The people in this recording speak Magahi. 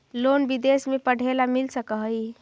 लोन विदेश में पढ़ेला मिल सक हइ?